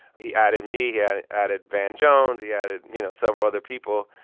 he atted me. he and atted van jones. he atted, you know, several other people.